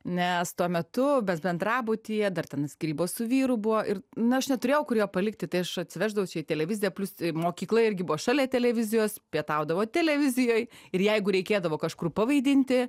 nes tuo metu mes bendrabutyje dar ten skyrybos su vyru buvo ir na aš neturėjau kur jo palikti tai aš atsiveždavau čia į televiziją plius mokykla irgi buvo šalia televizijos pietaudavo televizijoj ir jeigu reikėdavo kažkur pavaidinti